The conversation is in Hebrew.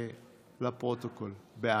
בעד,